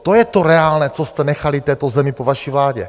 To je to reálné, co jste nechali této zemi po vaší vládě.